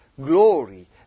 glory